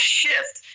shift